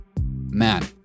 Man